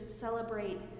celebrate